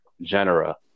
genera